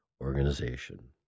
organization